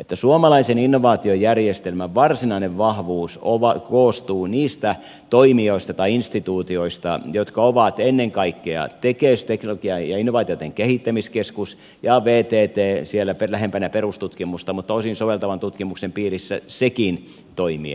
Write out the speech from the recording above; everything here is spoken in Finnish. että suomalaisen innovaatiojärjestelmän varsinainen vahvuus koostuu niistä toimijoista tai instituutioista jotka ovat ennen kaikkea tekes teknologian ja innovaatioiden kehittämiskeskus ja vtt siellä lähempänä perustutkimusta mutta osin soveltavan tutkimuksen piirissä sekin toimien